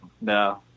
no